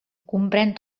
comprèn